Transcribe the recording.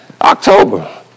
October